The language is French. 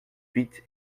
huit